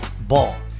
Ball